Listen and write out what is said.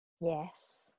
Yes